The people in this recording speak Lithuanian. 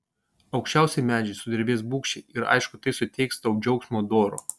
aukščiausi medžiai sudrebės bugščiai ir aišku tai suteiks tau džiaugsmo doro